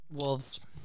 Wolves